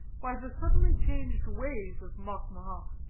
by the suddenly changed ways of mocmohoc,